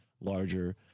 larger